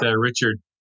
Richard